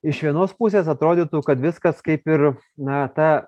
iš vienos pusės atrodytų kad viskas kaip ir na ta